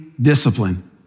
discipline